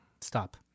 Stop